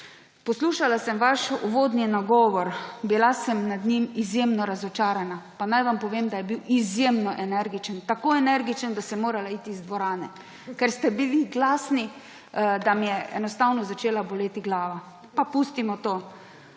Poslušala sem vaš uvodni nagovor. Bila sem nad njim izjemno razočarana. Pa naj vam povem, da je bil izjemno energičen, tako energičen, da sem moral iti iz dvorane, ker ste bili glasni, da me je enostavno začela boleti glava. Pa pustimo to.